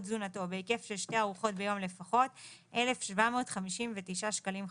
תזונתו בהיקף של שתי ארוחות ביום לפחות - 1,759 שקלים חדשים.